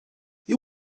you